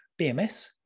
BMS